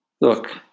Look